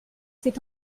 s’est